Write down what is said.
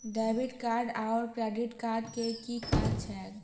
Debit card आओर credit card केँ की काज छैक?